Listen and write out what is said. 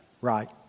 Right